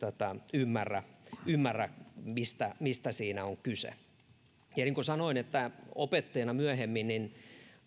ymmärrä ymmärrä mistä mistä siinä on kyse ja niin kuin sanoin opettajana myöhemmin